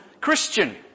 Christian